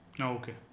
Okay